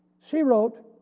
she wrote